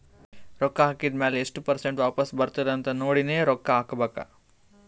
ರೊಕ್ಕಾ ಹಾಕಿದ್ ಮ್ಯಾಲ ಎಸ್ಟ್ ಪರ್ಸೆಂಟ್ ವಾಪಸ್ ಬರ್ತುದ್ ಅಂತ್ ನೋಡಿನೇ ರೊಕ್ಕಾ ಹಾಕಬೇಕ